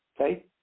Okay